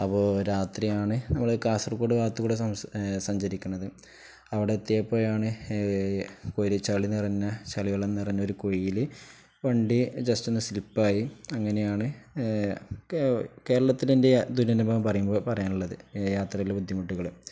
അപ്പോ രാത്രിയാണ് നമ്മള് കാസർഗോഡ് ഭാഗത്ത കൂടെ സം സഞ്ചരിക്കണത് അവിടെ എത്തിയപ്പോഴാണ് ഒരു ചളി നിറഞ്ഞ ചളിവെളം നിറഞ്ഞ ഒരു കുഴിയില് വണ്ടി ജെസ്റ്റ് ഒന്ന് സ്ലിപ്പായി അങ്ങനെയാണ് കേരളത്തിന്റെ ദുരനുഭവം പറയുമ്പോ പറയാനുള്ളത് യാത്രയിലെ ബുദ്ധിമുട്ടുകള്